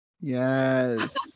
Yes